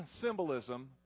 symbolism